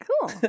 Cool